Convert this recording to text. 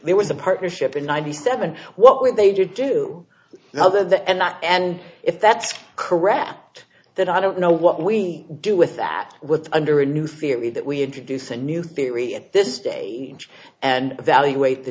there was a partnership in ninety seven what would they do now that the and that and if that's correct that i don't know what we do with that with under a new theory that we introduce a new theory at this day and evaluate the